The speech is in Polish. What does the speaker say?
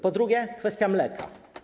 Po drugie, kwestia mleka.